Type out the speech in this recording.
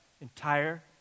entire